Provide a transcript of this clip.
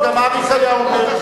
גם אריק, היה אומר.